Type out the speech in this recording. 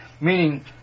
meaning